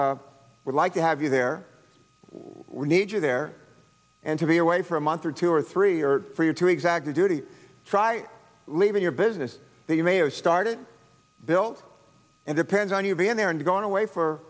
would like to have you there we need you there and to be away for a month or two or three or for you to exact a duty try leaving a business that you may have started built and depend on you being there and gone away for